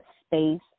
space